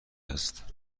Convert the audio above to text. هست